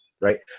right